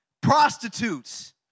prostitutes